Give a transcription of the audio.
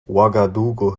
ouagadougou